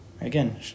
Again